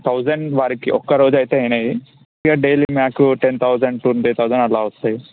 thousand వరకు ఒక్కరోజే అయితే అయినాయి డైలీ మాకు టెన్ తౌజండ్ ట్వంటీ తౌజండ్ అట్లా వస్తాయి